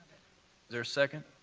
there a second?